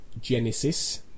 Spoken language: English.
Genesis